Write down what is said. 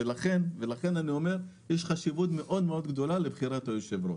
לכן יש חשיבות מאוד מאוד גדולה לבחירת היו"ר.